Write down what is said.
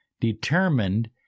determined